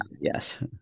yes